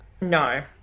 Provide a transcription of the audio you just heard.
No